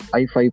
i5